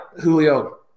Julio